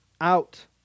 out